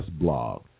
blog